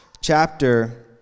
chapter